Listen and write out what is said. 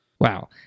Wow